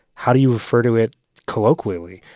how do you refer to it colloquially?